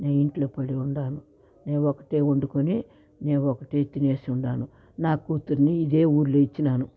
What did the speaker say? నేను ఇంట్లో పడి ఉండాను నే ఒకటే వండుకుని నే ఒకటే తినేసుండాను నా కూతురిని ఇదే ఊర్లో ఇచ్చినాను